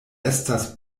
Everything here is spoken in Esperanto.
estas